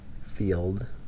field